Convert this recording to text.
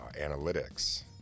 analytics